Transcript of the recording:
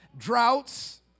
Droughts